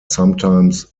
sometimes